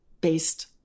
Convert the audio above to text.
based